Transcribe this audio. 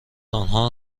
آنها